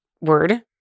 word